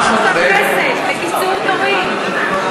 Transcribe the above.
לקיצור תורים.